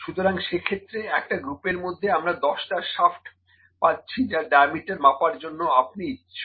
সুতরাং সেক্ষেত্রে একটা গ্রুপের মধ্যে আমরা 10 টা শ্যাফ্ট পাচ্ছি যার ডায়ামিটার মাপার জন্যে আপনি ইচ্ছুক